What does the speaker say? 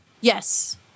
Yes